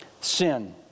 sin